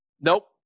Nope